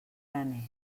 graner